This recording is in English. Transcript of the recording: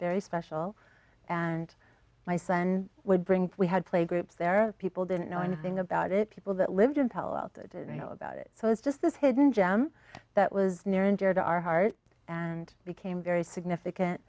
very special and my son would bring we had playgroups there of people didn't know anything about it people that lived in palo alto didn't know about it so it's just this hidden gem that was near and dear to our heart and became very significant